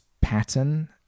pattern